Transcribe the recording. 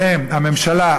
שהם הממשלה,